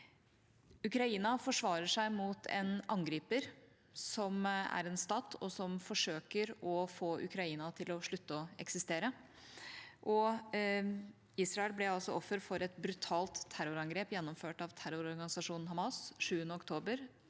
Ukraina forsvarer seg mot en angriper som er en stat som forsøker å få Ukraina til å slutte å eksistere. Israel ble offer for et brutalt terrorangrep gjennomført av terrororganisasjonen Hamas 7. oktober,